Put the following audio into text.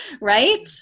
right